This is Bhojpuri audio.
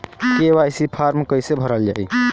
के.वाइ.सी फार्म कइसे भरल जाइ?